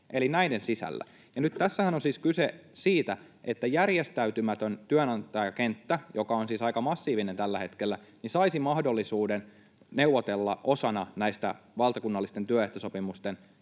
eli näiden sisällä. Nyt tässähän on siis kyse siitä, että järjestäytymätön työnantajakenttä, joka on siis aika massiivinen tällä hetkellä, saisi mahdollisuuden käyttää hyväksi näitä valtakunnallisen työehtosopimuksen